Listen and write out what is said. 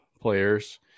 players